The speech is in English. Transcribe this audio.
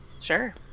sure